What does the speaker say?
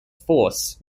force